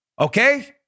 Okay